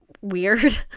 weird